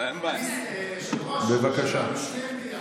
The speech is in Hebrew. אדוני היושב-ראש, שיעלו שניהם ביחד.